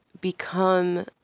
become